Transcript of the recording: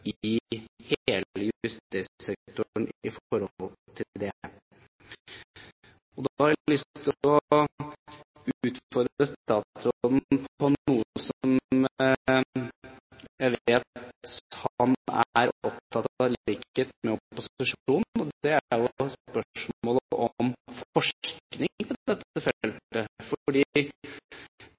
i hele justissektoren i forhold til det. Da har jeg lyst til å utfordre statsråden på noe som jeg vet han er opptatt av i likhet med opposisjonen. Det er spørsmålet om forskning på dette feltet, for det